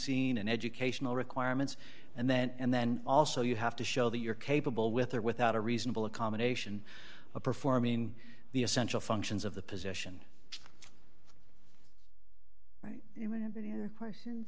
scene and educational requirements and then and then also you have to show that you're capable with or without a reasonable accommodation of performing the essential functions of the position